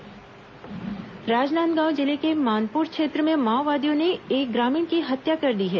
माओवादी हत्या राजनांदगांव जिले के मानपुर क्षेत्र में माओवादियों ने एक ग्रामीण की हत्या कर दी है